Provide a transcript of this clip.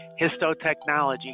histotechnology